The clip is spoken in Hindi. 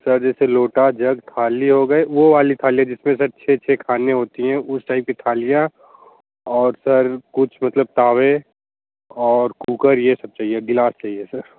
सर जैसे लोटा जग थाली हो गए वो वाली थाली जिसमें सर छः छः ख़ाने होते हैं उस टाइप की थालियाँ और सर कुछ मतलब तावे और कुकर ये सब चाहिए गिलास चाहिए सर